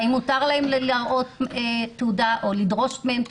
האם מותר להם להראות תעודה או לדרוש מהם תעודה?